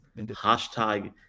Hashtag